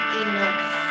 enough